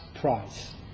price